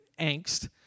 angst